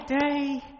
day